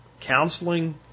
counseling